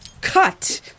Cut